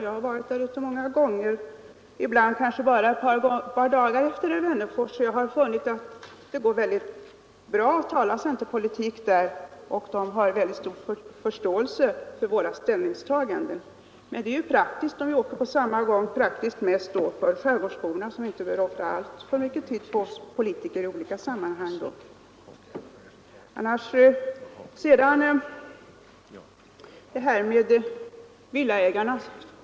Jag har varit där ute många gånger, ibland kanske bara ett par dagar efter herr Wennerfors. Jag har funnit att det går väldigt bra att tala centerpolitik med dem som bor där. De har väldigt stor förståelse för våra ställningstaganden i markfrågorna. Det vore ju praktiskt att vi åkte på samma gång — särskilt för skärgårdsborna som då inte behöver offra alltför mycken tid på oss politiker i olika sammanhang. Därefter till villaägarna.